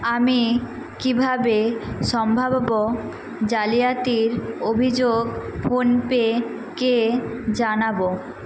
আমি কীভাবে সম্ভাব্য জালিয়াতির অভিযোগ ফোনপেকে জানাব